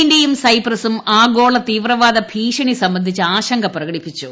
ഇന്ത്യയും സൈപ്രസും ആഗോള തീവ്രവാദ ഭീഷണി സംബന്ധിച്ച് ആശങ്ക പ്രകടിപ്പിച്ചു